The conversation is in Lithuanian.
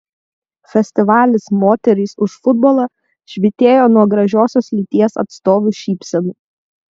festivalis moterys už futbolą švytėjo nuo gražiosios lyties atstovių šypsenų